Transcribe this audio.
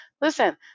Listen